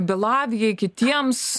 bilavijai kitiems